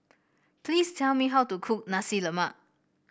please tell me how to cook Nasi Lemak